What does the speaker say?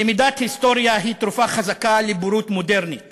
למידת היסטוריה היא תרופה חזקה לבורות מודרנית